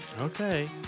Okay